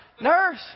nurse